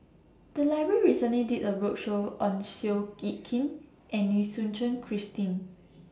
The Library recently did A roadshow on Seow Yit Kin and Lim Suchen Christine